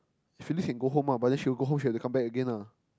Phyllis can go home lah but then she will go home she have to come back again lah